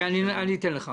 כן, אתן לך.